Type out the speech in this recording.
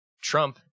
Trump